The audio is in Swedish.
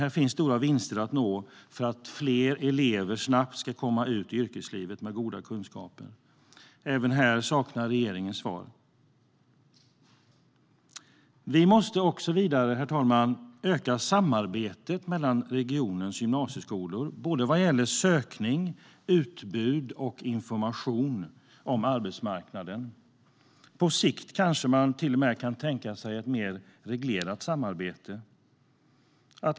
Här finns stora vinster att nå för att fler elever snabbt ska komma ut i yrkeslivet med goda kunskaper. Men även här saknar regeringen svar. Vidare måste vi också, herr talman, öka samarbetet mellan regioners gymnasieskolor vad gäller sökning, utbud och information om arbetsmarknaden. På sikt kanske man till och med kan tänka sig ett mer reglerat samarbete.